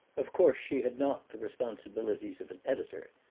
of course she had not the responsibilities of an editor.